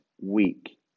week